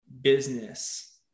business